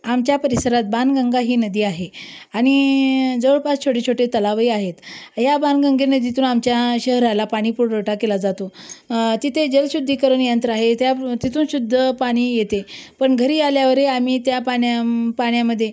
आमच्या परिसरात बाणगंगा ही नदी आहे आणि जवळपास छोटेछोटे तलावही आहेत या बाणगंगा नदीतून आमच्या शहराला पाणीपुरवठा केला जातो तिथे जलशुद्धीकरण यंत्र आहे त्या ब् तिथून शुद्ध पाणी येते आहे पण घरी आल्यावरही आम्ही त्या पाण्या पाण्यामध्ये